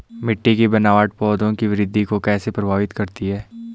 मिट्टी की बनावट पौधों की वृद्धि को कैसे प्रभावित करती है?